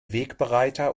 wegbereiter